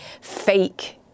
fake